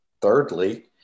thirdly